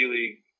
League